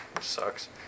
Sucks